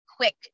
Quick